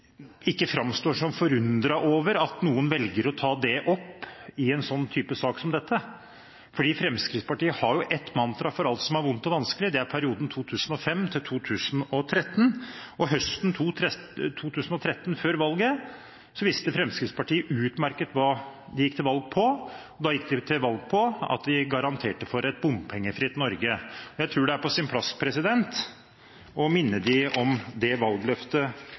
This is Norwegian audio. ikke framstår som forundret over at noen velger å ta det opp i en slik sak som dette, for Fremskrittspartiet har jo ett mantra for alt som er vondt og vanskelig, og det er «perioden 2005–2013». Og høsten 2013, før valget, visste Fremskrittspartiet utmerket godt hva de gikk til valg på, og da gikk de til valg på at de garanterte for et bompengefritt Norge. Jeg tror det er på sin plass å minne dem om det valgløftet